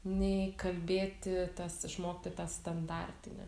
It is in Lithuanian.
nei kalbėti tas išmokti tą standartinę